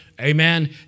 amen